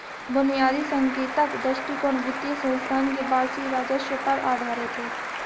बुनियादी संकेतक दृष्टिकोण वित्तीय संस्थान के वार्षिक राजस्व पर आधारित है